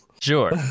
Sure